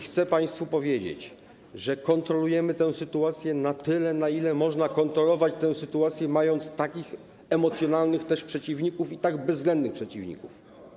Chcę państwu powiedzieć, że kontrolujemy tę sytuację na tyle, na ile można kontrolować tę sytuację, mając tak emocjonalnych przeciwników i tak bezwzględnych przeciwników.